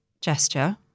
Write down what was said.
gesture